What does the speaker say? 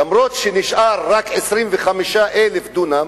אף-על-פי שנשארו רק 25,000 דונם,